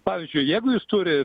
pavyzdžiui jeigu jis turi